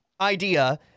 idea